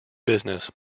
business